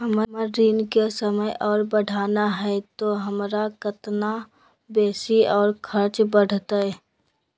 हमर ऋण के समय और बढ़ाना है तो हमरा कितना बेसी और खर्चा बड़तैय?